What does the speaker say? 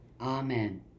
Amen